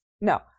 No